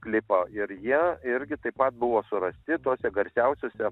klipą ir jie irgi taip pat buvo surasti tose garsiausiose